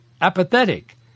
apathetic